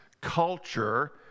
culture